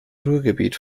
ruhrgebiet